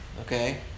okay